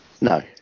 No